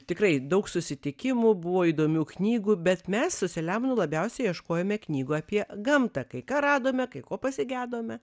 tikrai daug susitikimų buvo įdomių knygų bet mes su salemonu labiausiai ieškojome knygų apie gamtą kai ką radome kai ko pasigedome